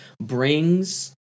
brings